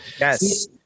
Yes